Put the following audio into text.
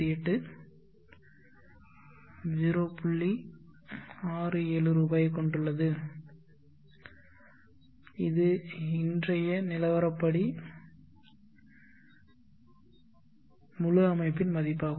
67 ரூபாயைக் கொண்டுள்ளது இது இன்றைய நிலவரப்படி முழு அமைப்பின் மதிப்பாகும்